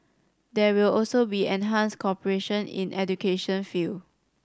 there will also be enhanced cooperation in education field